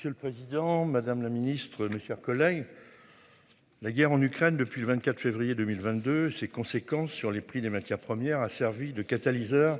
Monsieur le Président Madame la Ministre, mes chers collègues. La guerre en Ukraine depuis le 24 février 2022. Ses conséquences sur les prix des matières premières a servi de catalyseur